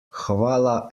hvala